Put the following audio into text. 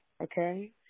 Okay